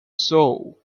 sow